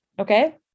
Okay